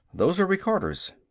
those are recorders!